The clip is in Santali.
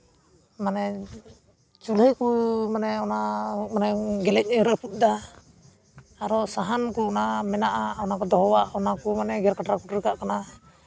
ᱢᱟᱱᱮ ᱪᱩᱞᱦᱟᱹ ᱠᱚ ᱢᱟᱱᱮ ᱚᱱᱟ ᱩᱱᱤ ᱜᱮᱞᱮᱡ ᱮ ᱨᱟᱹᱯᱩᱫ ᱫᱟ ᱟᱨᱚ ᱥᱟᱦᱟᱱ ᱠᱚ ᱚᱱᱟ ᱢᱮᱱᱟᱜᱼᱟ ᱚᱱᱟ ᱠᱚ ᱫᱚᱦᱚᱣᱟᱜ ᱚᱱᱟ ᱠᱚ ᱢᱟᱱᱮ ᱜᱮᱨ ᱠᱟᱴᱨᱟ ᱠᱩᱴᱨᱟᱹ ᱠᱟᱜ ᱠᱟᱱᱟ